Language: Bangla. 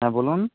হ্যাঁ বলুন